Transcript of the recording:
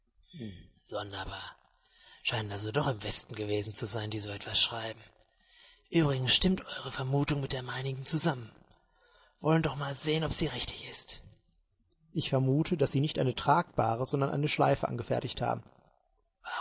sonderbar scheinen also doch im westen gewesen zu sein die so etwas schreiben uebrigens stimmt eure vermutung mit der meinigen zusammen wollen doch mal sehen ob sie richtig ist ich vermute daß sie nicht eine tragbahre sondern eine schleife angefertigt haben